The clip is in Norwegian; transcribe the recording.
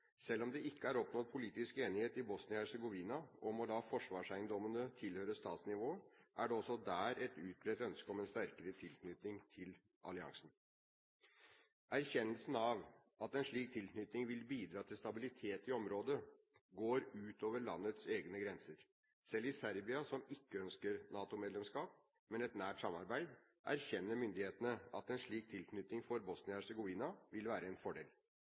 Selv om det ikke er oppnådd politisk enighet i Bosnia-Hercegovina om å la forsvarseiendommene tilhøre statsnivået, er det også der et utbredt ønske om en sterkere tilknytning til alliansen. Erkjennelsen av at en slik tilknytning vil bidra til stabilitet i området, går ut over landets egne grenser. Selv i Serbia, som ikke ønsker NATO-medlemskap, men et nært samarbeid, erkjenner myndighetene at en slik tilknytning for Bosnia-Hercegovina vil være en fordel,